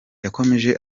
yakomeje